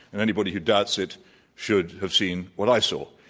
and anybody who doubts it should have seen what i saw.